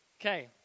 Okay